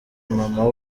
mama